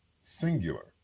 singular